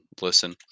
listen